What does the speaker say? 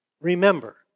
Remember